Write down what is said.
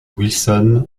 wilson